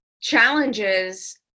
challenges